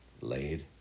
laid